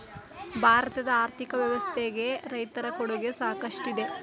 ಭಾರತದ ಆರ್ಥಿಕ ವ್ಯವಸ್ಥೆಗೆ ರೈತರ ಕೊಡುಗೆ ಸಾಕಷ್ಟಿದೆ